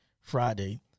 Friday